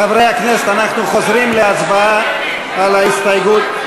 חברי הכנסת, אנחנו חוזרים להצבעה על ההסתייגות.